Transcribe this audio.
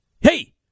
Hey